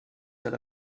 set